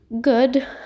good